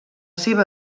seva